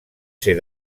ser